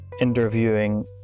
interviewing